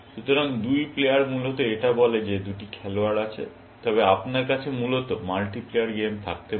সুতরাং দুই প্লেয়ার মূলত এটা বলে যে দুটি খেলোয়াড় আছে তবে আপনার কাছে মূলত মাল্টি প্লেয়ার গেম থাকতে পারে